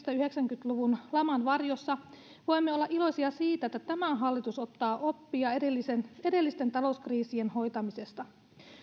tuhatyhdeksänsataayhdeksänkymmentä luvun laman varjossa voimme olla iloisia siitä että tämä hallitus ottaa oppia edellisten talouskriisien hoitamisesta